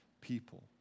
people